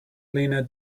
lenna